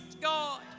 God